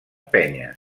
penya